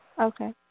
Okay